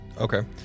Okay